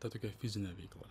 ta tokia fizine veikla